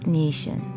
nation